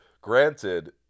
Granted